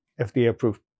fda-approved